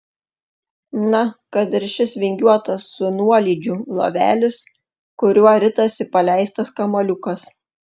na kad ir šis vingiuotas su nuolydžiu lovelis kuriuo ritasi paleistas kamuoliukas